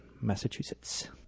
Massachusetts